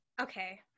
Okay